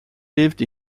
lived